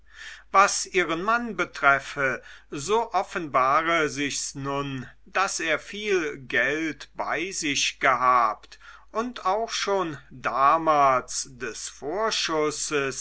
was ihren mann betreffe so offenbare sich's nun daß er viel geld bei sich gehabt und auch schon damals des vorschusses